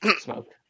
Smoke